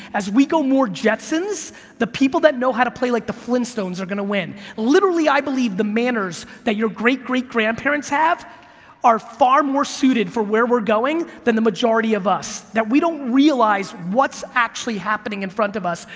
as we go more jetsons, the people that know how to play like the flintstones are gonna win. literally i believe the manners that your great-great-grandparents have are far more suited for where we're going than the majority of us. now, we don't realize what's actually happening in front of us,